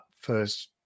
first